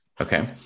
Okay